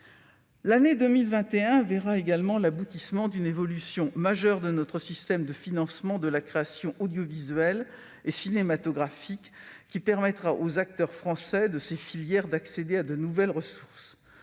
L'année 2021 verra également l'aboutissement d'une évolution majeure de notre système de financement de la création audiovisuelle et cinématographique, qui permettra aux acteurs français de ces filières d'accéder à de nouvelles ressources.